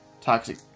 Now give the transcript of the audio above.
toxic